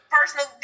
personal